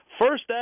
first